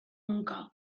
nunca